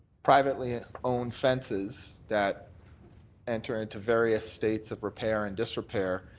privately owned fences that enter into various states of repair and disrepair,